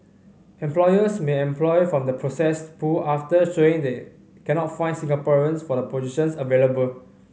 employers may employ from the processed pool after showing they cannot find Singaporeans for the positions available